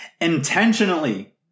intentionally